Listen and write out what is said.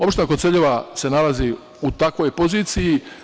Opština Koceljeva se nalazi u takvoj poziciji.